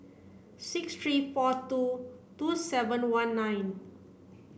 six three four two two seven one nine